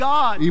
God